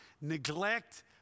Neglect